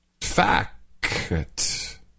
Fact